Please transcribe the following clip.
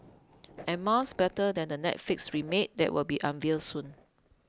and miles better than the Netflix remake that will be unveiled soon